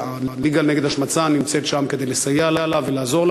הליגה נגד השמצה, נמצאת שם כדי לסייע לה ולעזור.